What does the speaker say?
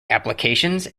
applications